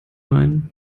meinen